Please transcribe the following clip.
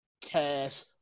cash